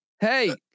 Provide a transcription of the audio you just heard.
Hey